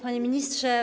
Panie Ministrze!